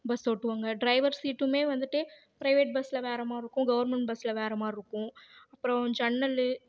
bus ஓட்டுவாங்க driver சீட்டும் வந்துட்டு பிரைவேட் பஸ்ஸில் வேற மாதிரி இருக்கும் கவுர்மெண்ட் பஸ்ஸில் வேற மாதிரி இருக்கும் அப்பறம் ஜன்னல்